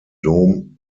dom